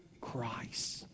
Christ